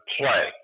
play